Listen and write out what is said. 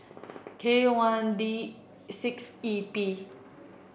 K one D six E P